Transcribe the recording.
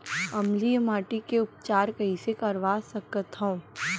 अम्लीय माटी के उपचार कइसे करवा सकत हव?